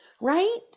right